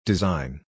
Design